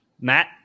Matt